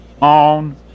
on